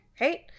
Right